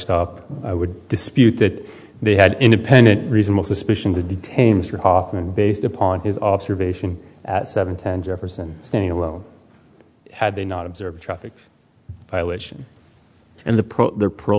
stop i would dispute that they had independent reasonable suspicion to detain mr hoffman based upon his observation at seven ten jefferson standing alone had they not observed traffic violation and the pro there